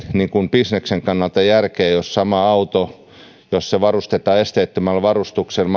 bisneksen kannalta järkeä jos sama auto käytännössä maksaa viisitoistatuhatta euroa enemmän jos se varustetaan esteettömällä varustuksella